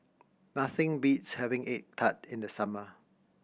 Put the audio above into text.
nothing beats having egg tart in the summer